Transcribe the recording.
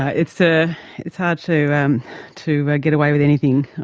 ah it's, ah it's hard to, um to but get away with anything,